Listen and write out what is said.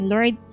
Lord